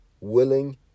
willing